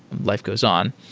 life goes on.